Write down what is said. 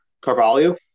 Carvalho